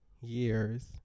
years